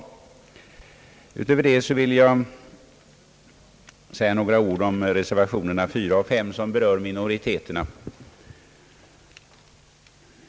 Därutöver vill jag säga några ord om reservationerna 4 och 5 vilka berör minoriteterna.